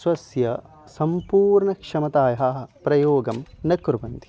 स्वस्य सम्पूर्ण क्षमतायाः प्रयोगं न कुर्वन्ति